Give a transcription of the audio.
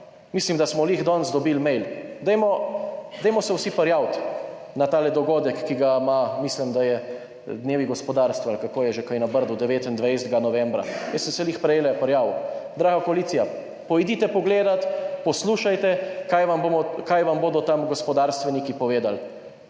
Mislim, da smo ravno danes dobili mail, dajmo se vsi prijaviti na ta dogodek, mislim, da so dnevi gospodarstva ali kako je že, ki bo na Brdu 29. novembra, jaz sem se ravno prejle prijavil. Draga koalicija, pojdite pogledat, poslušajte, kaj vam bodo tam gospodarstveniki povedali,